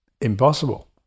Impossible